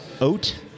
oat